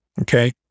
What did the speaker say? okay